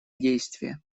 действия